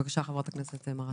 בבקשה, חברת הכנסת מראענה.